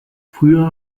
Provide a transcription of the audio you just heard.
früher